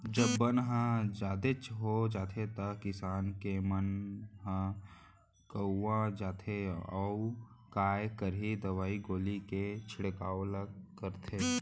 जब बन ह जादेच हो जाथे त किसान के मन ह कउवा जाथे तौ काय करही दवई गोली के छिड़काव ल करथे